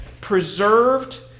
preserved